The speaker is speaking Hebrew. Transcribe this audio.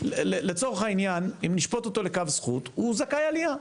לצורך העניין, נשפוט אותו לכף זכות זכאי עלייה.